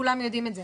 כולם יודעים את זה,